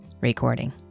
recording